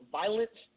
violence